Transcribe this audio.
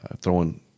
throwing